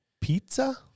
Pizza